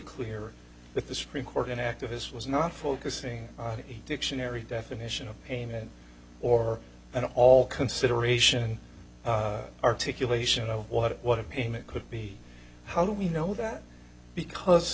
clear that the supreme court an activist was not focusing on dictionary definition of a man or an all consideration articulation of what what a pain it could be how do we know that because